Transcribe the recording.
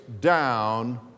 down